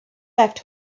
left